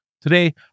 Today